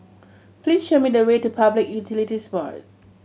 please show me the way to Public Utilities Board